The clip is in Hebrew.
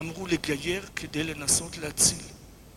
אמרו לגייר כדי לנסות להציל